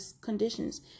conditions